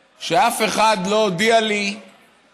שחיים גורי אומר: אף אחד לא הודיע לי שהדרך